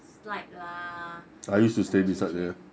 slide lah 那个